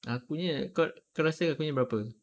aku punya kau kau rasa aku punya berapa